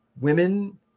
women